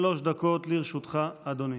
שלוש דקות לרשותך, אדוני.